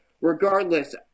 regardless